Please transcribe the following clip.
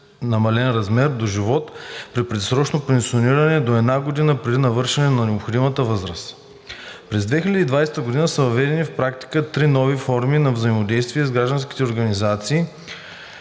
През 2020 г. са въведени в практиката три нови форми на взаимодействие с гражданите – организирани